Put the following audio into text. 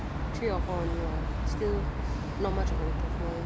three or four only lor still not much